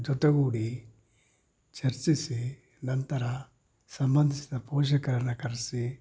ಜೊತೆಗೂಡಿ ಚರ್ಚಿಸಿ ನಂತರ ಸಂಬಂಧಿಸಿದ ಪೋಷಕರನ್ನು ಕರೆಸಿ